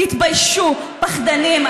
תתביישו, פחדנים.